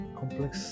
complex